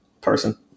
person